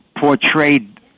portrayed